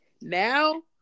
now